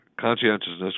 conscientiousness